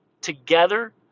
Together